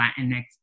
Latinx